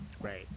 Right